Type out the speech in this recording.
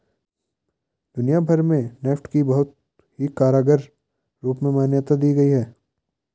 दुनिया भर में नेफ्ट को बहुत ही कारगर रूप में मान्यता दी गयी है